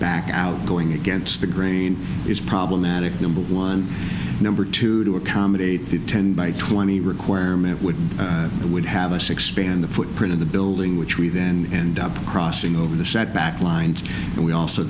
back out going against the grain is problematic number one number two to accommodate the ten by twenty requirement would would have us expand the footprint of the building which we then end up crossing over the setback lines and we also